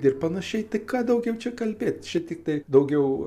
ir panašiai tai ką daugiau čia kalbėt čia tiktai daugiau